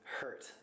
hurt